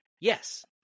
Yes